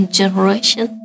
generation